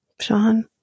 Sean